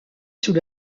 sous